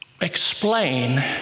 explain